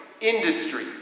industry